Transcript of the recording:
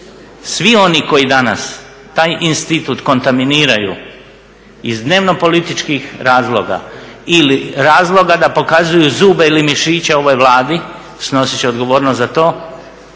Svi oni koji danas taj institut kontaminiraju iz dnevno političkih razloga ili razloga da pokazuju zube ili mišiće ovoj Vladi snosit će odgovornost za to